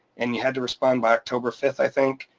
and you had to respond by october fifth, i think.